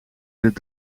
dit